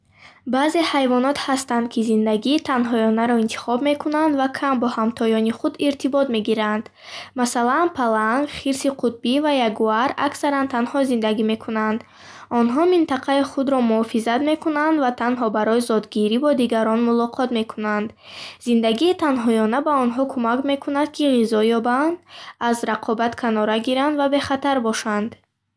Баъзе ҳайвонот ҳастанд, ки зиндагии танҳоёнаро интихоб мекунанд ва кам бо ҳамтоёни худ иртибот мегиранд. Масалан, паланг, хирси қутбӣ ва ягуар аксаран танҳо зиндагӣ мекунанд. Онҳо минтақаи худро муҳофизат мекунанд ва танҳо барои зотгирӣ бо дигарон мулоқот мекунанд. Зиндагии танҳоёна ба онҳо кӯмак мекунад, ки ғизо ёбанд, аз рақобат канора гиранд ва бехатар бошанд. Ин тарзи зиндагӣ ба онҳо имкон медиҳад, ки осоишта ва мустақилона дар муҳити худ умр ба сар баранд.